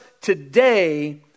today